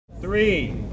Three